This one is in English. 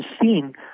seen